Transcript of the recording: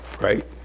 right